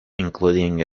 including